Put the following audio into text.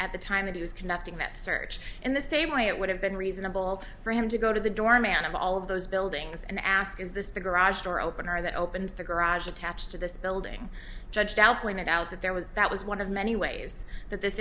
at the time that he was conducting that search in the same way it would have been reasonable for him to go to the doorman of all those buildings and ask is this the garage door opener that opens the garage attached to this building judged out pointed out that there was that was one of many ways that this